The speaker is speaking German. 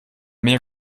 mehr